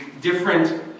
different